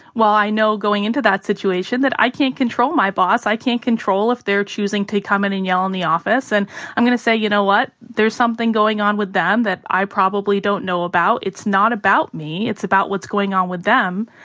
well, i know going into that situation that i can't control my boss, i can't control if they're choosing to come in and yell in the office. and i'm going to say you know what? there's something going on with them that i probably don't know about. it's not about me. it's about what's going on with them.